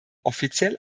offiziell